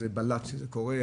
זה בלט שזה קורה,